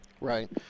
Right